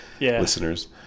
listeners